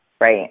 right